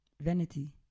Vanity